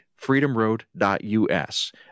freedomroad.us